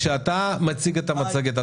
כשאתה מציג את המצגת,